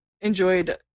enjoyed